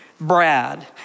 Brad